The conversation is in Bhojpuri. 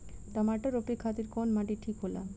टमाटर रोपे खातीर कउन माटी ठीक होला?